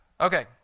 Okay